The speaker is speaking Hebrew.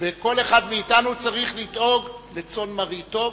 וכל אחד מאתנו צריך לדאוג לצאן מרעיתו,